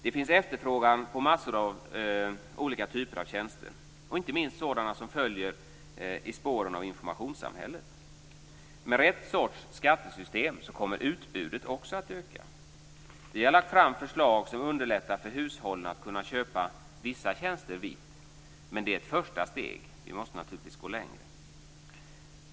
Det finns efterfrågan på massor av olika typer av tjänster, inte minst sådana som följer i spåren av informationssamhället. Med rätt sorts skattesystem kommer också utbudet att öka. Vi har lagt fram förslag som underlättar för hushållen att köpa vissa tjänster vitt, men det är ett första steg. Vi måste naturligtvis gå längre.